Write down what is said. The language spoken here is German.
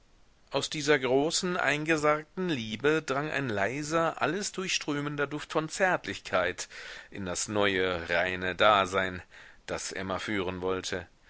aus dieser großen eingesargten liebe drang ein leiser alles durchströmender duft von zärtlichkeit in das neue reine dasein das emma führen wollte